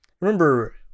remember